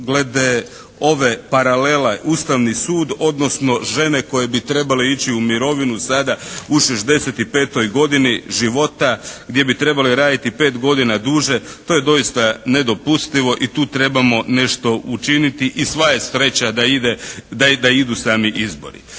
glede ove paralele Ustavni sud, odnosno žene koje bi trebale ići u mirovinu sada u 65. godini života, gdje bi trebale raditi 5 godina duže to je doista nedopustivo i tu trebamo nešto učiniti. I sva je sreća da idu sami izbori.